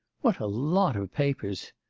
what a lot of papers!